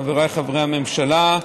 חבריי חברי הממשלה,